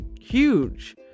huge